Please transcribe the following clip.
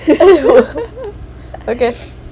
okay